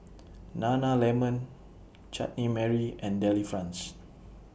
Nana Lemon Chutney Mary and Delifrance